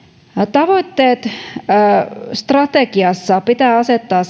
tavoitteet pitää lapsipoliittisessa strategiassa asettaa